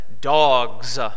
dogs